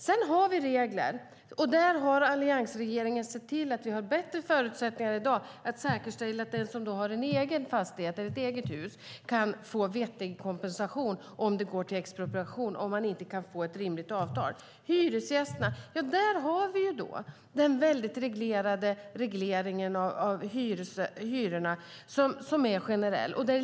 När det gäller reglerna har alliansregeringen sett till att vi i dag har bättre förutsättningar att säkerställa att den som har en egen fastighet, ett eget hus, kan få vettig kompensation om det går till expropriation och man inte kan få ett rimligt avtal. För hyresgästerna gäller att regleringen av hyrorna är generell.